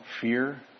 fear